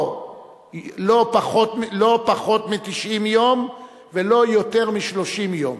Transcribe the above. לא פחות מ-90 יום ולא יותר מ-30 יום